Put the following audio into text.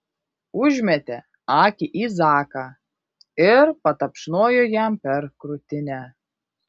užmetė akį į zaką ir patapšnojo jam per krūtinę